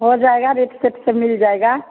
हो जाएगा rate set से मिल जाएगा